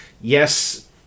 yes